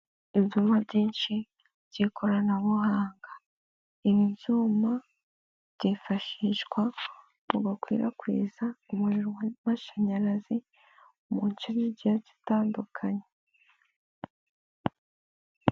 Ibyuma byinshi by'ikoranabuhanga. Ibi byuma byifashishwa mu gukwirakwiza umuriro w'amashanyarazi mu nce zigiye zitandukanye.